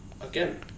again